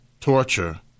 torture